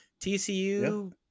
TCU